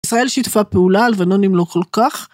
ישראל שיתפה פעולה, הלבנונים לא כל כך.